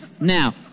Now